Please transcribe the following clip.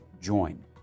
join